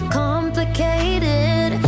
complicated